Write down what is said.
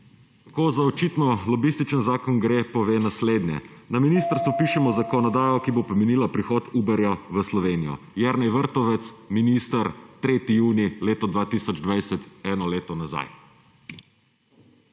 Tako za očitno lobističen zakon gre, pove naslednje. Na ministrstvu pišemo zakonodajo, ki bo pomenila prihod Uberja v Slovenijo. Jernej Vrtovec, minister, 3. junij leto 2020, eno leto nazaj.